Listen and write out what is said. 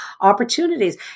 opportunities